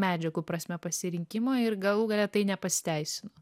medžiagų prasme pasirinkimo ir galų gale tai nepasiteisino